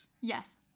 Yes